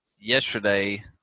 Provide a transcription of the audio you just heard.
yesterday